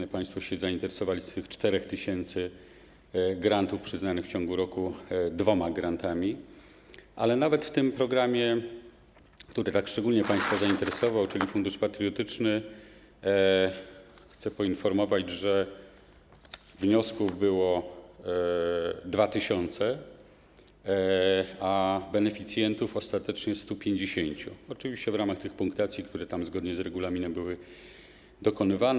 Jak państwo się zainteresowali, z tych 4 tys. grantów przyznanych w ciągu roku dwoma grantami, ale nawet w tym programie, który tak szczególnie państwa zainteresował, czyli Fundusz Patriotyczny, chcę poinformować, że wniosków było 2 tys., a beneficjentów ostatecznie 150, oczywiście w ramach tych punktacji, które tam zgodnie z regulaminem były dokonywane.